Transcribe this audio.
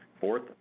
Fourth